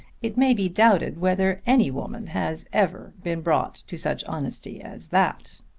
it may be doubted whether any woman has ever been brought to such honesty as that.